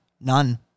None